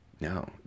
No